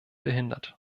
behindert